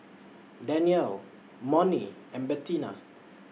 Danniel Monnie and Bettina